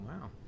Wow